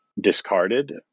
discarded